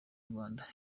rwanda